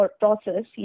process